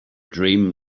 dream